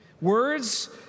Words